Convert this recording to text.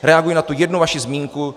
Reaguji na tu jednu vaši zmínku.